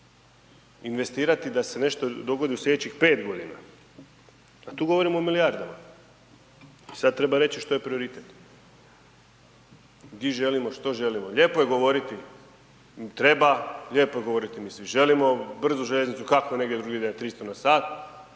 investirati da se nešto dogodi u slijedećih 5 godina, a tu govorimo o milijardama i sad treba reći što je prioritet. Gdje želimo, što želimo. Lijepo je govoriti treba, lijepo je govoriti mi svi želimo brzu željeznicu kako negdje drugdje ide 300 na sat,